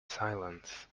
silence